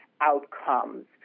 outcomes